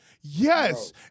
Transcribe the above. Yes